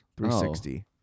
360